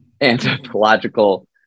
Anthropological